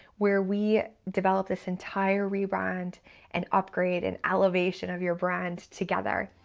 where we develop this entire rebrand and upgrade and elevation of your brand together.